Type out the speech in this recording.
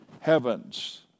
heavens